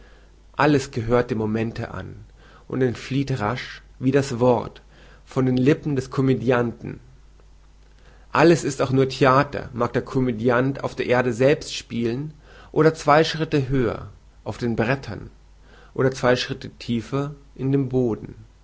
alles gehört dem momente an und entflieht rasch wie das wort von den lippen des komödianten alles ist auch nur theater mag der komödiant auf der erde selbst spielen oder zwei schritte höher auf den brettern oder zwei schritte tiefer in dem boden